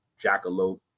jackalope